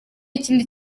ikindi